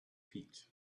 feet